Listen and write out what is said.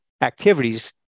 activities